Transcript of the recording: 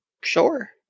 sure